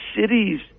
cities